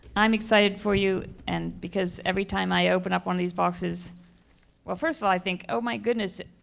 i'm excited for you and because every time i open up one of these boxes well, first of all, i think, oh my goodness,